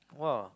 !wah!